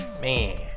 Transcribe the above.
Man